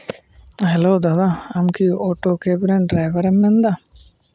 hello ᱫᱟᱫᱟ ᱟᱢᱠᱤ auto cab ᱨᱮᱱ ᱰᱨᱟᱭᱵᱷᱟᱨᱮᱢ ᱢᱮᱱᱫᱟ